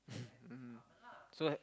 mm so have